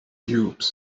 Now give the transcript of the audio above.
cubes